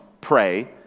pray